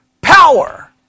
power